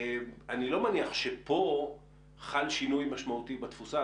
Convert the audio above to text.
אני לא מניח שפה חל שינוי משמעותי בתפיסה,